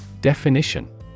Definition